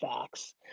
facts